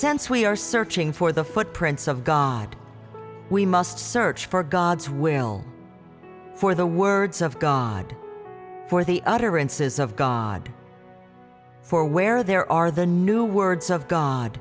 sense we are searching for the footprints of god we must search for god's will for the words of god for the utterances of god for where there are the new words of god